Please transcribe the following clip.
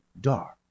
dark